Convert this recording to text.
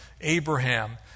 Abraham